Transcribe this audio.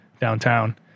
downtown